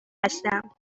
هستم